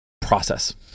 process